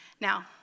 Now